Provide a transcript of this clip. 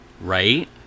Right